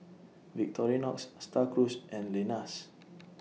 Victorinox STAR Cruise and Lenas